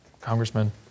Congressman